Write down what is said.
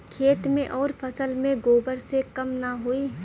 खेत मे अउर फसल मे गोबर से कम ना होई?